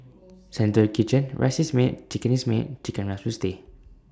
central kitchen rice is made chicken is made Chicken Rice will stay